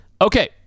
Okay